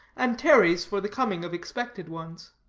and tarries for the coming of expected ones.